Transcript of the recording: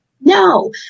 No